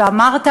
ואמרת,